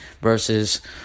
versus